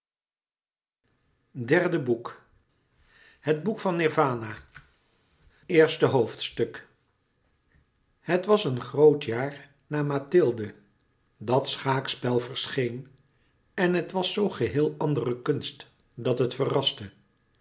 couperus metamorfoze iii het boek van nirwana louis couperus metamorfoze het was een groot jaar na mathilde dat schaakspel verscheen en het was zoo geheel andere kunst dat het verraste